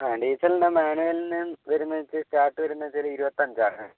ആ ഡീസലിൻ്റെ മാനുവലിന് വരുന്നത് വെച്ചാൽ സ്റ്റാർട്ട് വരുന്നത് ഇരുപത്തഞ്ചാണ്